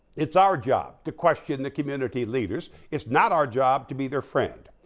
it's our job to question that community leaders. it's not our job to be their friend.